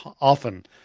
often